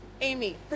Amy